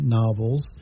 novels